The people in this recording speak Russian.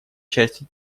части